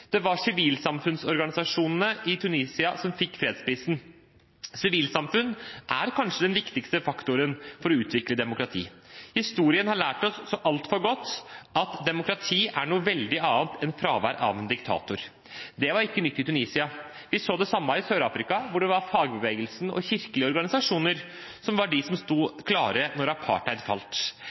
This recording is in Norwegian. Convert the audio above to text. Det var sivilsamfunnsorganisasjonene i Tunisia som fikk fredsprisen. Sivilsamfunnet er kanskje den viktigste faktoren for å utvikle demokrati. Historien har lært oss så altfor godt at demokrati er noe veldig annet enn fravær av en diktator. Det var ikke nytt i Tunisia. Vi så det samme i Sør-Afrika, hvor det var fagbevegelsen og kirkelige organisasjoner som var de som sto klare da apartheid falt,